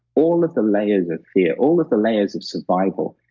all of the layers of fear, all of the layers of survival.